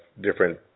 different